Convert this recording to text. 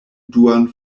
duan